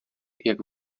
jak